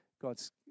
God's